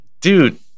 dude